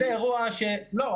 לא,